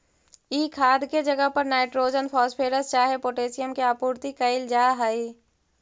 ई खाद के जगह पर नाइट्रोजन, फॉस्फोरस चाहे पोटाशियम के आपूर्ति कयल जा हई